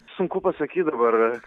sunku pasakyt dabar